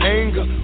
anger